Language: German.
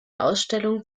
ausstellung